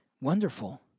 wonderful